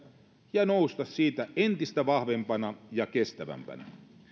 ja nousta siitä entistä vahvempana ja kestävämpänä